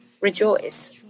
rejoice